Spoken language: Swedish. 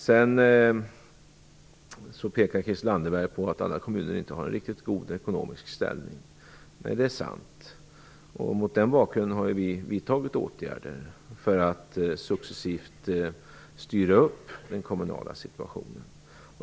Christel Anderberg pekar på att alla kommuner inte har en riktigt god ekonomisk ställning. Det är sant. Mot den bakgrunden har vi vidtagit åtgärder för att successivt styra upp den kommunala situationen.